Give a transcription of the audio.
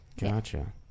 Gotcha